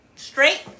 straight